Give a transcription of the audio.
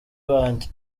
banjye